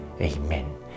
Amen